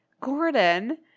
Gordon